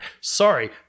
sorry